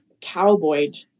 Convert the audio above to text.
cowboyed